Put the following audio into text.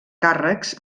càrrecs